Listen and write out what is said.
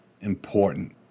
important